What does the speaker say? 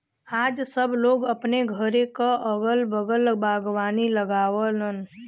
आज सब लोग अपने घरे क अगल बगल बागवानी लगावलन